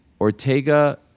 Ortega